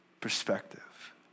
perspective